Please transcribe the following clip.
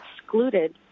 excluded